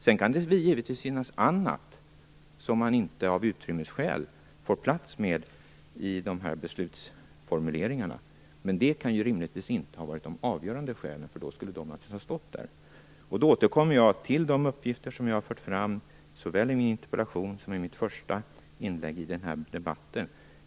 Sedan kan det givetvis finnas annat som man av utrymmesskäl inte får plats med i dessa beslutsformuleringar, men det kan ju rimligtvis inte ha varit de avgörande skälen, eftersom de då naturligtvis hade stått där. Jag återkommer därför till de uppgifter som jag har fört fram såväl i min interpellation som i mitt första inlägg i denna debatt.